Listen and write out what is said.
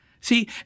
See